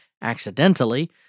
accidentally